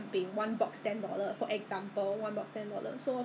to me compared to the normal 凤梨酥 it's so expensive so I didn't buy lah